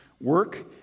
Work